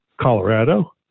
Colorado